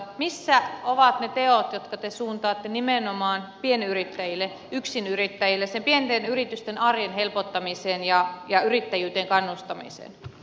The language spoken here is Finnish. missä ovat ne teot jotka te suuntaatte nimenomaan pienyrittäjille yksinyrittäjille pienten yritysten arjen helpottamiseen ja yrittäjyyteen kannustamiseen